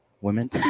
women